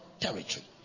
territory